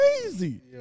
crazy